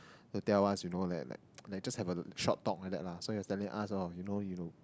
to tell us you know that that like just have a short talk like that lah so is telling us of you know you